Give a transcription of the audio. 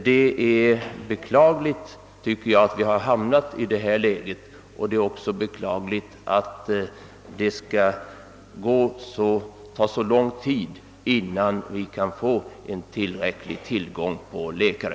Det är beklagligt att vi hamnat i det här läget, och det är beklagligt att det skall ta så lång tid innan vi kan få tillräcklig tillgång på läkare.